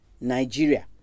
Nigeria